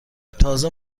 تازه